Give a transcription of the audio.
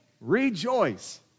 rejoice